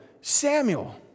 Samuel